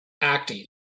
acting